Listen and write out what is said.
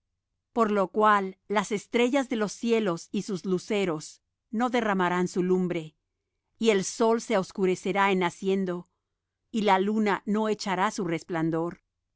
por lo cual las estrellas de los cielos y sus luceros no derramarán su lumbre y el sol se oscurecerá en naciendo y la luna no echará su resplandor